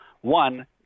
one